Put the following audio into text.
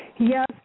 Yes